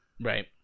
Right